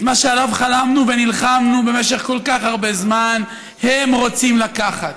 את מה שעליו חלמנו ונלחמנו במשך כל כך הרבה זמן הם רוצים לקחת.